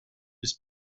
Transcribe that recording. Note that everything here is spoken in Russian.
без